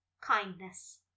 Kindness